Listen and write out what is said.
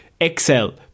Excel